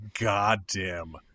goddamn